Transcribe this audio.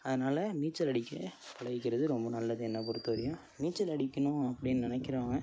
அதனால நீச்சல் அடிக்க பழகிக்கறது ரொம்ப நல்லது என்னை பொறுத்த வரையும் நீச்சல் அடிக்கணும் அப்படின் நெனைக்கிறவங்க